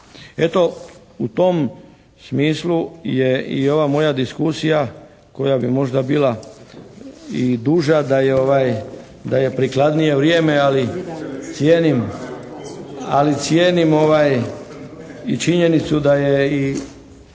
Eto, u tom smislu je i ova moja diskusija koja bi možda bila i duža da je prikladnije vrijeme, ali cijenim i činjenicu da je i